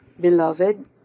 Beloved